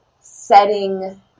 setting